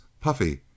puffy